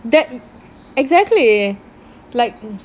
that exactly like